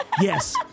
Yes